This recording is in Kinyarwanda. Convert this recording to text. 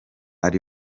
ari